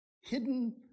hidden